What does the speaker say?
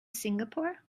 singapore